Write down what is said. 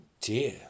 dear